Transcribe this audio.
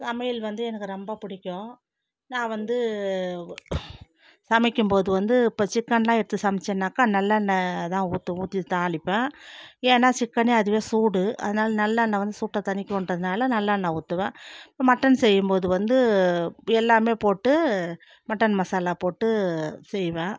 சமையல் வந்து எனக்கு ரெம்ப பிடிக்கும் நான் வந்து சமைக்கும்போது வந்து இப்போ சிக்கன்லாம் எடுத்து சமைச்சேன்னாக்க நல்லெண்ணெய் தான் ஊற்று ஊற்றி தாளிப்பேன் ஏன்னான் சிக்கனே அதுவே சூடு அதனால் நல்லெண்ணெய் வந்து சூட்டை தணிக்குன்றதுனால் நல்லெண்ணெய் ஊற்றுவேன் மட்டன் செய்யும்போது வந்து எல்லாமே போட்டு மட்டன் மசாலா போட்டு செய்வேன்